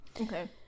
Okay